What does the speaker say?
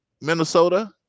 Minnesota